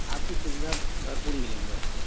आपकी सुविधा भरपूर मिलेगी आपको